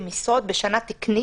בשנה תקנית,